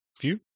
view